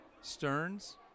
Stearns